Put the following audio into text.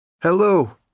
Hello